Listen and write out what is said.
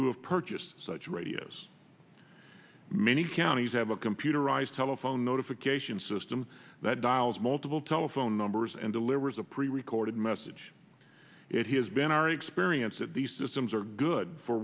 who have purchased such radios many counties have a computerized telephone notification system that dials multiple telephone numbers and delivers a pre recorded message it has been our experience that these systems are good for